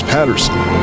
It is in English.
Patterson